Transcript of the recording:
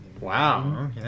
wow